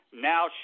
now